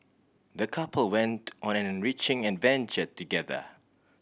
the couple went on an enriching adventure together